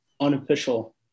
unofficial